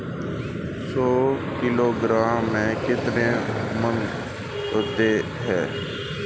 सौ किलोग्राम में कितने मण होते हैं?